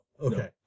Okay